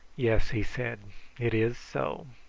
yes, he said it is so.